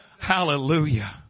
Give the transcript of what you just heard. Hallelujah